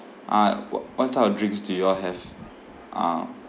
uh wha~ what type of drinks do you all have uh